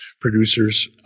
producers